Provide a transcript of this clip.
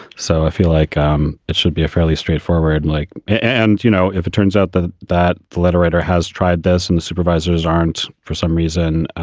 so i feel like um it should be a fairly straightforward like and you know, if it turns out that the letter writer has tried this and the supervisors aren't for some reason